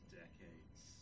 decades